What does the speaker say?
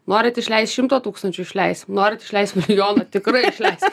norit išleist šimtą tūkstančių išleisim norit išleist milijoną tikrai išleisim